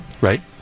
Right